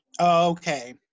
okay